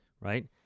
right